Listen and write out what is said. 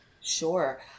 Sure